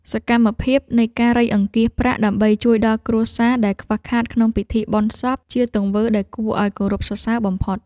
សកម្មភាពនៃការរៃអង្គាសប្រាក់ដើម្បីជួយដល់គ្រួសារដែលខ្វះខាតក្នុងពិធីបុណ្យសព ជាទង្វើដែលគួរឱ្យគោរពសរសើរបំផុត។